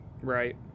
Right